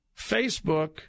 Facebook